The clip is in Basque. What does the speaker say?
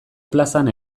plazan